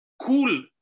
cool